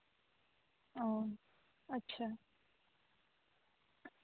ᱦᱩᱸ ᱟᱪᱪᱷᱟ